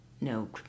no